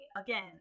again